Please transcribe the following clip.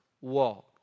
walked